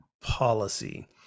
policy